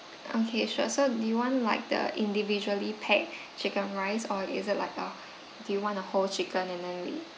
okay sure so do you want like the individually packed chicken rice or is it like uh do you want a whole chicken and then we